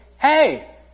hey